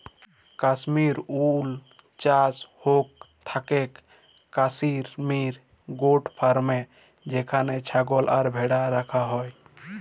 Kashmir wool চাস হৌক থাকেক কাশ্মির গোট ফার্মে যেখানে ছাগল আর ভ্যাড়া রাখা হয়